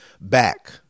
back